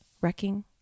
wrecking